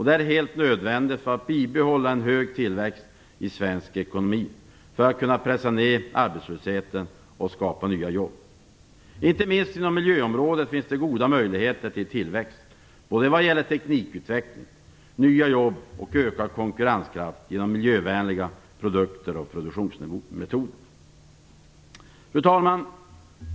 Det är helt nödvändigt för att bibehålla en hög tillväxt i svensk ekonomi, pressa ner arbetslösheten och skapa nya jobb. Inte minst inom miljöområdet finns goda möjligheter till tillväxt, både vad gäller teknikutveckling, nya jobb och ökad konkurrenskraft genom miljövänliga produkter och produktionsmetoder. Fru talman!